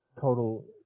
total